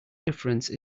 difference